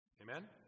Amen